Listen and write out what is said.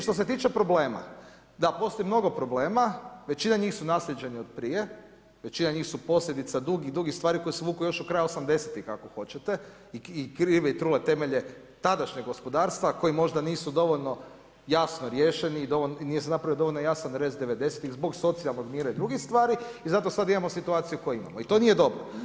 Što se tiče problema, da postoji mnogo problema, većina njih su naslijeđeni od prije, većina njih su posljedica dugi, dugi stvari koje se vuku još od kraja osamdesetih ako hoćete i krivi trule temelje tadašnjeg gospodarstva koji možda nisu dovoljno jasno riješeni i nije se napravio dovoljno jasan rez devedesetih zbog socijalnog mira i drugih stvari i zato sada imamo situaciju koju imamo i to nije dobro.